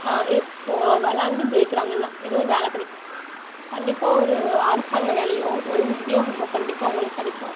இப்போ விளாண்டு ஜெயிக்கிறாங்கன்னா ஏதோ ஒரு வேலை கிடைக்கும் கண்டிப்பாக ஒரு அரசாங்க வேலையோ ஒரு உத்தியோகமோ கண்டிப்பாக அவங்களுக்கு கிடைக்கும்